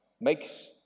Makes